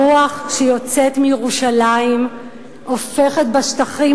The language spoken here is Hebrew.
הרוח שיוצאת מירושלים הופכת בשטחים